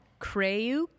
Krayuk